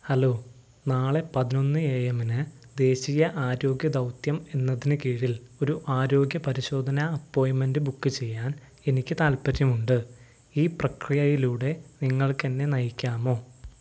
hello നാളെ പതിനൊന്ന് എഎമ്മിന് ദേശീയ ആരോഗ്യ ദൗത്യം എന്നതിന് കീഴിൽ ഒരു ആരോഗ്യ പരിശോധന അപ്പോയിൻമെൻ്റ് ബുക്ക് ചെയ്യാൻ എനിക്ക് താൽപ്പര്യമുണ്ട് ഈ പ്രക്രിയയിലൂടെ നിങ്ങൾക്ക് എന്നെ നയിക്കാമോ